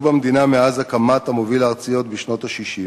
במדינה מאז הקמת המוביל הארצי עוד בשנות ה-60.